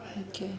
okay